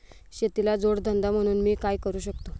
शेतीला जोड धंदा म्हणून मी काय करु शकतो?